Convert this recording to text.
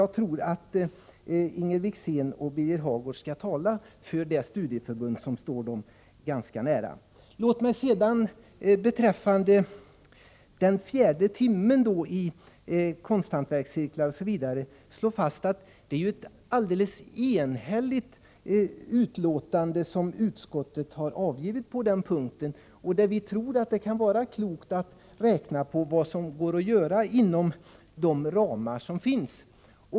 Jag tror att Inger Wickzén och Birger Hagård skall tala för det studieförbund som står dem ganska nära. Låt mig beträffande den fjärde timmen i bl.a. konsthantverkscirklar slå fast att det är ett alldeles enhälligt utlåtande som utskottet har avgett på denna punkt. Vi tror att det kan vara klokt att räkna på vad som går att göra inom de ramar som finns.